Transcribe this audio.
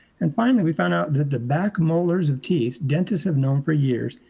and finally, we found out that the back molars of teeth dentists have known for years,